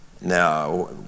Now